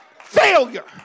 Failure